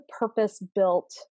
purpose-built